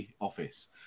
office